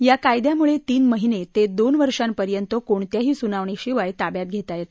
या कायद्यामुळे तीन महिने ते दोन वर्षांपर्यंत कोणत्याही सुनावणी शिवाय ताब्यात घेता येते